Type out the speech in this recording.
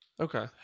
Okay